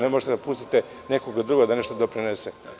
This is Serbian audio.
Ne možete da pustite nekog drugog da nešto doprinese.